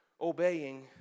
obeying